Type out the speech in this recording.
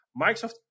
Microsoft